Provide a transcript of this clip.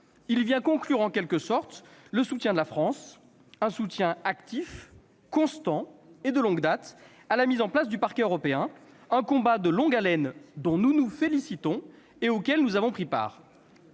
Il vient conclure en quelque sorte le soutien de la France- un soutien actif, constant et de longue date -à la mise en place du Parquet européen, un combat de longue haleine dont nous nous félicitons et auquel nous avons pris part.